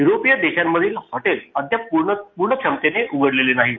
यूरोपीय देशांमधील हॉटेल अद्याप पूर्ण क्षमतेनं उघडलेली नाहीत